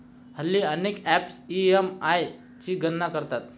हल्ली अनेक apps EMI ची गणना करतात